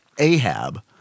Ahab